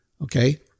Okay